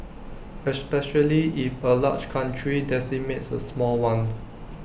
especially if A large country decimates A small one